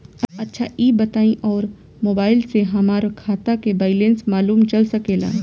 अच्छा ई बताईं और मोबाइल से हमार खाता के बइलेंस मालूम चल सकेला?